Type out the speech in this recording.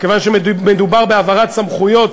כיוון שמדובר בהעברת סמכויות